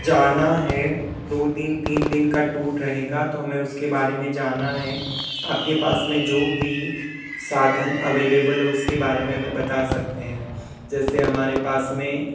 जाना है दो दिन तीन दिन का टूर रहेगा तो हमें उस के बारे में जानना है आप के पास में जो भी साधन अवेलेबल है उसके बारे में हमें बता सकते हैं जैसे हमारे पास में